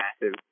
massive